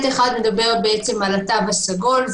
אחד מדבר על התו הסגול,